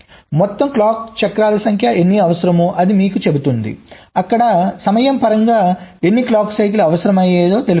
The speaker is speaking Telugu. మొత్తం క్లాక్ చక్రాల సంఖ్య ఎన్ని అవసరమో ఇది మీకు చెబుతుంది ఇక్కడ సమయ పరంగా ఎన్ని క్లాక్ సైకిల్స్ అవసరమయ్యే తెలుపుతుంది